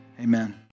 Amen